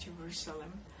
Jerusalem